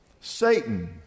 Satan